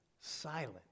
Silent